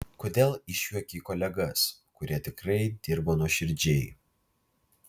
kodėl išjuokei kolegas kurie tikrai dirba nuoširdžiai